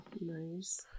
Nice